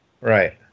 Right